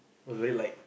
was very light